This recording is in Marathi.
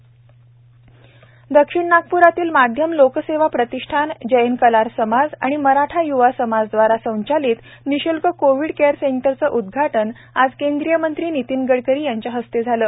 निश्ल्क कोविड केअर सेंटर दक्षिण नागप्रातील माध्यम लोकसेवा प्रतिष्ठान जैन कलार समाज आणि मराठा यूवा समाज दवारा संचलित निशूल्क कोविड केअर सेंटरचे उद्घाटन आज केंद्रिय मंत्री नितीन गडकरी यांच्या हस्ते झाले